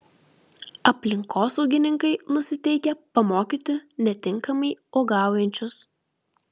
aplinkosaugininkai nusiteikę pamokyti netinkamai uogaujančius